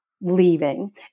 leaving